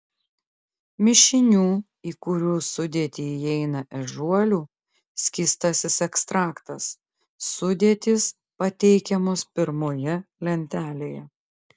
mišinių į kurių sudėtį įeina ežiuolių skystasis ekstraktas sudėtys pateikiamos pirmoje lentelėje